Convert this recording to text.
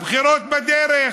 הבחירות בדרך,